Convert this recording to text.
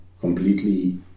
completely